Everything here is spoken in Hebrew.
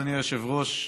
אדוני היושב-ראש,